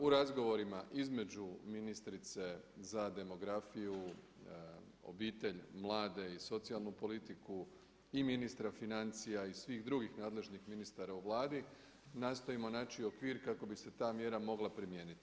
U razgovorima između ministrice za demografiju, obitelj, mlade i socijalnu politiku i ministra financija i svih drugih nadležnih ministara u Vladi nastojimo naći okvir kako bi se ta mjera mogla primijeniti.